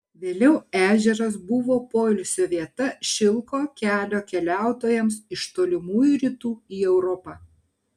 vėliau ežeras buvo poilsio vieta šilko kelio keliautojams iš tolimųjų rytų į europą